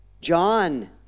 John